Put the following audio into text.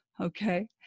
okay